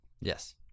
yes